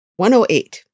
108